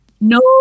no